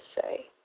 say